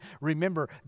Remember